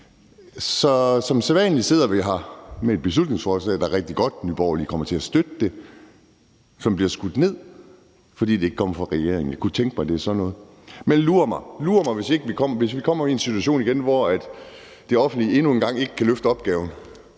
Så som sædvanlig sidder vi her med et beslutningsforslag, der er rigtig godt – Nye Borgerlige kommer til at støtte det – men som bliver skudt ned, fordi det ikke kommer fra regeringen. Jeg kunne tænke mig, at det var på grund af sådan noget. Men lur mig, hvis vi kommer i en situation igen, hvor det offentlige endnu en gang ikke kan løfte opgaven,